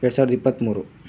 ಎರಡು ಸಾವಿರದ ಇಪ್ಪತ್ಮೂರು